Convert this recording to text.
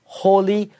holy